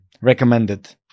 recommended